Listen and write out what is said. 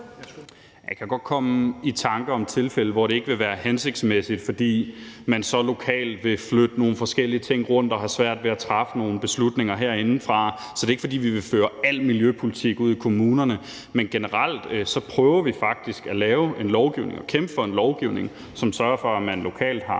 Jeg kan godt komme i tanker om tilfælde, hvor det ikke vil være hensigtsmæssigt, fordi man så lokalt vil flytte nogle forskellige ting rundt, og at vi så har svært ved at træffe nogle beslutninger herindefra. Så det er ikke, fordi vi vil føre al miljøpolitik ud i kommunerne. Men generelt prøver vi faktisk at lave en lovgivning og kæmpe for en lovgivning, som sørger for, at man lokalt har